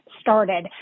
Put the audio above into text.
started